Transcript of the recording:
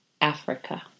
Africa